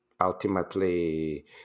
ultimately